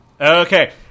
Okay